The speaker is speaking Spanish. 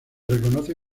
reconoce